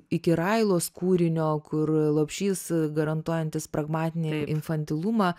iki railos kūrinio kur lopšys garantuojantis pragmatinį infantilumą